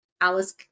Alice